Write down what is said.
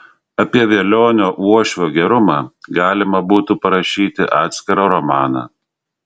apie velionio uošvio gerumą galima būtų parašyti atskirą romaną